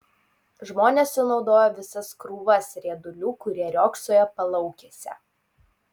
žmonės sunaudojo visas krūvas riedulių kurie riogsojo palaukėse